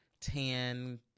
tan